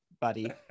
buddy